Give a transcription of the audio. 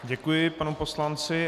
Děkuji panu poslanci.